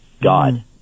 God